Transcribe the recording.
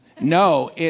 no